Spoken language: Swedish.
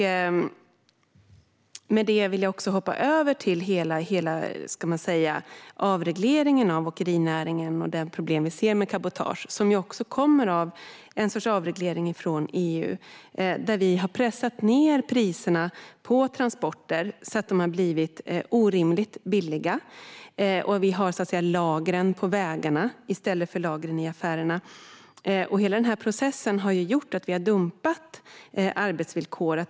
Med detta vill jag hoppa över till hela avregleringen av åkerinäringen och de problem vi ser med cabotage, som ju också kommer av en sorts avreglering från EU. Vi har pressat ned priserna på transporter så att de har blivit orimligt billiga. Vi har, så att säga, lagren på vägarna i stället för i affärerna. Hela denna process har gjort att vi har dumpat arbetsvillkor.